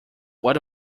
what